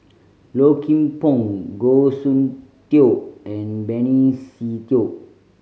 Low Kim Pong Goh Soon Tioe and Benny Se Teo